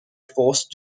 force